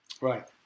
Right